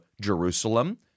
Jerusalem